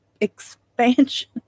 expansion